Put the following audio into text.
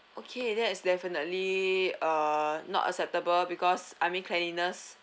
okay that is definitely uh not acceptable because I mean cleanliness